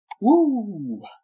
Woo